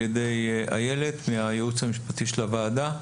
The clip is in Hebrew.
ידי איילת מהייעוץ המשפטי של הוועדה.